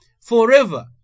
forever